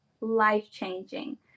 life-changing